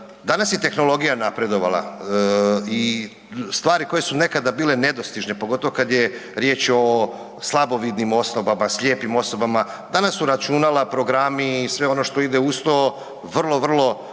danas je tehnologija napredovala i stvari koje su nekada bile nedostižne, pogotovo kada je riječ o slabovidnim osobama, slijepim osobama, danas su računala, programi i sve ono što ide uz to vrlo, vrlo